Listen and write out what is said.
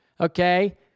okay